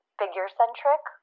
figure-centric